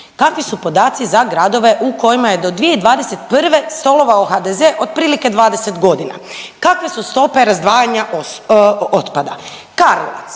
kakvi su podaci za gradove u kojima je do 2021. stolovao HDZ otprilike 20 godina, kakve su stope razdvajanja otpada. Karlovac